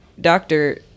doctor